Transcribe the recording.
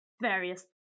various